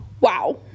wow